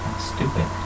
stupid